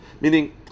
Meaning